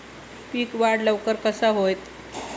पीक वाढ लवकर कसा होईत?